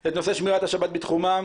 את נושא שמירת השבת בתחומם.